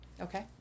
okay